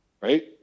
right